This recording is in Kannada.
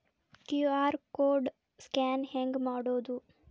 ಕ್ಯೂ.ಆರ್ ಕೋಡ್ ಸ್ಕ್ಯಾನ್ ಹೆಂಗ್ ಮಾಡೋದು?